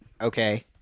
Okay